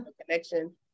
connection